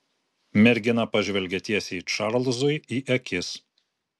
mergina pažvelgė tiesiai čarlzui į akis